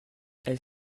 elle